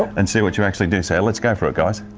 and see what you actually do, so let's go for it guys.